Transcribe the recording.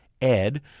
Ed